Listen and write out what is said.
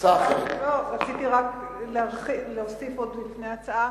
רציתי רק להוסיף לפני ההצבעה: